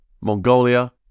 Mongolia